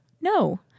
No